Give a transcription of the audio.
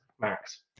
max